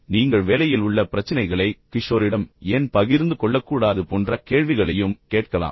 பின்னர் நீங்கள் வேலையில் உள்ள பிரச்சினைகளை குறிப்பாக கிஷோரிடம் ஏன் பகிர்ந்து கொள்ளக்கூடாது போன்ற கேள்விகளையும் அவர்களிடம் கேட்கிறீர்கள்